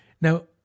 Now